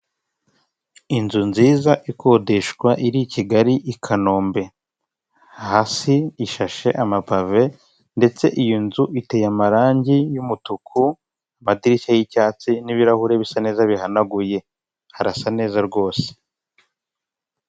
Inzu nziza ikodeshwa iri Kigali i kanombe, hasi ishashe amapave ndetse iyo nzu iteye amarangi y'umutuku amadirishya y'icyatsi n'ibirahure bisa neza bihanaguye, harasa neza rwose.